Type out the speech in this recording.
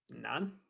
None